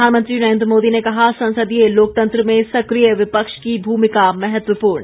प्रधानमंत्री नरेंद्र मोदी ने कहा संसदीय लोकतंत्र में सक्रिय विपक्ष की भूमिका महत्वपूर्ण